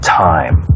time